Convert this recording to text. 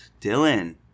Dylan